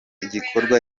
igikorwa